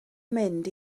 mynd